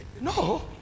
No